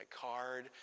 card